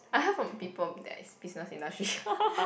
I heard from people that is business industry